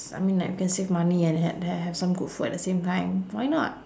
I mean like you can save money and ha~ ha~ have some good food at the same time why not